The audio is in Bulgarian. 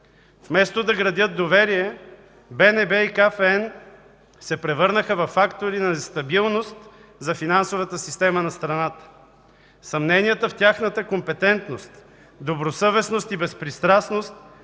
Вместо да градят доверие, БНБ и КФН се превърнаха във фактори на нестабилност за финансовата система на страната. Съмненията в тяхната компетентност, добросъвестност и безпристрастност